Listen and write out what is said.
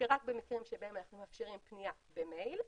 שרק במקרים שבהם אנחנו מאפשרים פניה במייל,